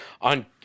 on